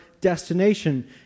destination